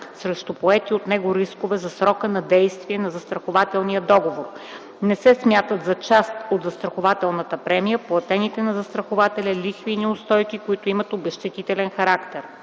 срещу поетите от него рискове за срока на действие на застрахователния договор. Не се смятат за част от застрахователната премия платените на застрахователя лихви и неустойки, които имат обезщетителен характер.